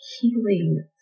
healing